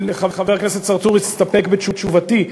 חבר הכנסת צרצור הסתפק בתשובתי,